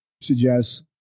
suggest